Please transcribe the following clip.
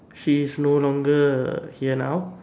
she is no longer here now